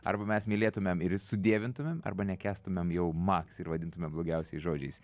arba mes mylėtumėm ir sudievintumėm arba nekęstumėm jau maks ir vadintumėm blogiausiais žodžiais